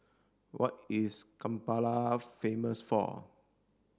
what is Kampala famous for